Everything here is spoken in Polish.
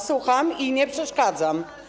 Słucham i nie przeszkadzam.